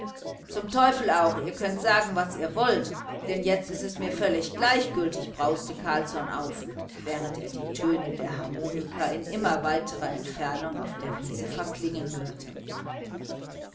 zum teufel auch ihr könnt sagen was ihr wollt denn jetzt ist es mir völlig gleichgültig brauste carlsson auf während er die töne der harmonika in immer weiterer entfernung auf der wiese verklingen hörte